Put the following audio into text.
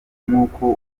nkuko